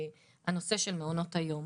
הנושא של מעונות היום.